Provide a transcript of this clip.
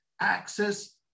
access